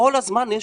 כל הזמן יש